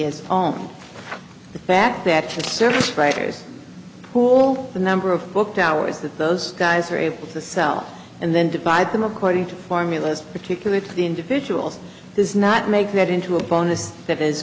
has on the fact that service writers pool the number of booked hours that those guys are able to sell and then divide them according to formulas particular to the individuals does not make that into a bonus that